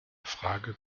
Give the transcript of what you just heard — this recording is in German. frage